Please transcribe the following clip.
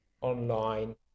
online